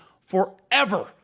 forever